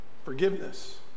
Forgiveness